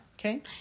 Okay